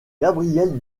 gabrielle